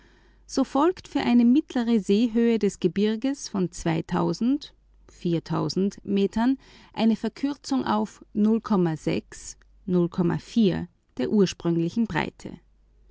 so folgt für eine mittlere seehöhe des gebirges von metern eine verkürzung auf der ursprünglichen breite